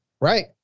right